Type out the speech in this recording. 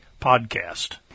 Podcast